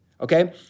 okay